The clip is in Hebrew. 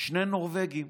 שני נורבגים.